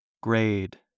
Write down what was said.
Grade